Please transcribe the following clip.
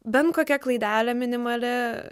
bent kokia klaidelė minimali